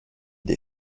des